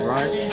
Right